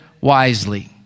wisely